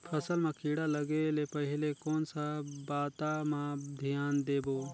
फसल मां किड़ा लगे ले पहले कोन सा बाता मां धियान देबो?